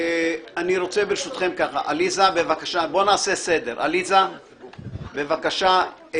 עליזה, בבקשה.